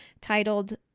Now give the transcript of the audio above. titled